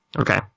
Okay